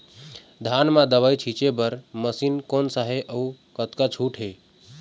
धान म दवई छींचे बर मशीन कोन सा हे अउ कतका छूट हे?